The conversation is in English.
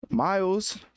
miles